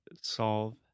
solve